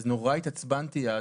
אז נורא התעצבנתי אז.